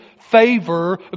favor